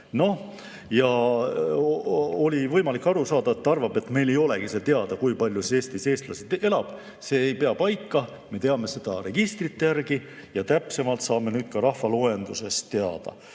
teame. Oli võimalik aru saada, et ta arvab, et meil ei olegi teada, kui palju Eestis eestlasi elab. See ei pea paika. Me teame seda registrite järgi ja täpsemalt saame nüüd ka rahvaloendusest teada.